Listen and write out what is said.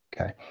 okay